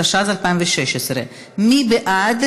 התשע"ז 2016. מי בעד?